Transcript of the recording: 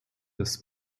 des